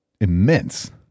immense